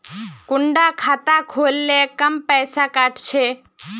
कुंडा खाता खोल ले कम पैसा काट छे?